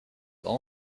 all